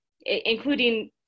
including